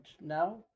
now